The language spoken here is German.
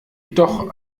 doch